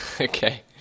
Okay